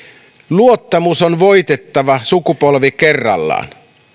luottamus on voitettava sukupolvi kerrallaan